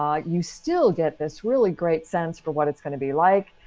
um you still get this really great sense for what it's gonna be like.